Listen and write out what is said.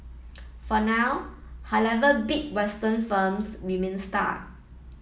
for now however big Western firms remain stuck